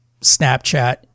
Snapchat